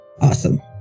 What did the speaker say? Awesome